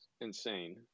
insane